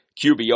QBR